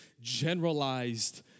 generalized